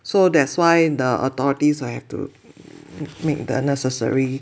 so that's why the authorities err have to make the necessary